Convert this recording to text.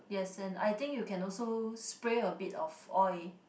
yes and I think you can also spray a bit of oil